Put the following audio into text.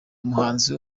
umuhanzi